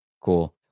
Cool